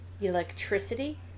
electricity